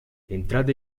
entrada